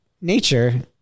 nature